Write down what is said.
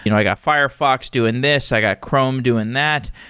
you know i got firefox doing this. i got chrome doing that.